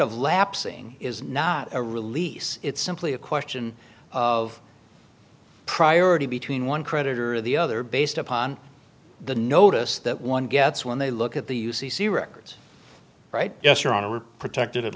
of lapsing is not a release it's simply a question of priority between one creditor or the other based upon the notice that one gets when they look at the u c c records right yes your honor were protected at